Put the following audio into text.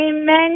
Amen